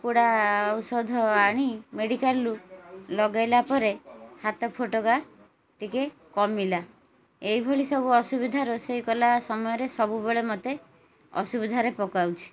ପୋଡ଼ା ଔଷଧ ଆଣି ମେଡ଼ିକାଲ୍ରୁ ଲଗେଇଲା ପରେ ହାତ ଫୋଟକା ଟିକେ କମିଲା ଏଇଭଳି ସବୁ ଅସୁବିଧା ରୋଷେଇ କଲା ସମୟରେ ସବୁବେଳେ ମୋତେ ଅସୁବିଧାରେ ପକାଉଛି